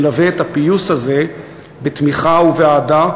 תלווה את הפיוס הזה בתמיכה ובאהדה,